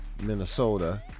Minnesota